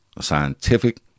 scientific